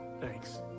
Thanks